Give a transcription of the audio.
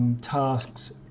Tasks